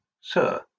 Sir